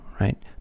right